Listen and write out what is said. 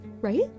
Right